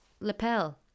lapel